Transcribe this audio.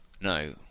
No